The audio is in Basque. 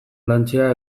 lantzea